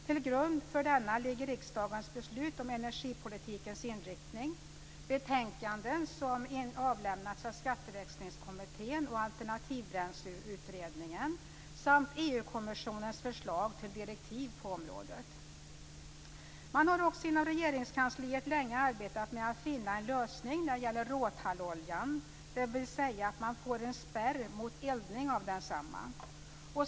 Till grund för denna ligger riksdagens beslut om energipolitikens inriktning, betänkanden som avlämnats av Skatteväxlingskommittén och Man har också inom Regeringskansliet länge arbetat med att finna en lösning när det gäller råtalloljan, dvs. att man får en spärr mot eldning av densamma.